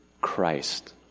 Christ